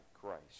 Christ